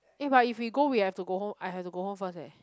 eh but if we go we have I have to go home first eh